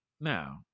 Now